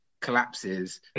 collapses